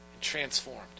transformed